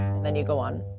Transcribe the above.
and then you go on.